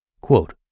Quote